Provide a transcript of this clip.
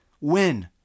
win